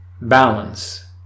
balance